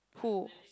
who